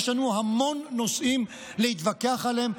יש לנו המון נושאים להתווכח עליהם,